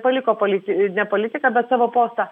paliko policij ne politiką bet savo postą